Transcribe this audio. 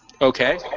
okay